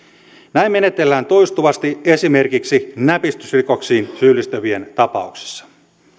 näin menetellään toistuvasti esimerkiksi näpistysrikoksiin syyllistyvien tapauksissa